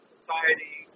society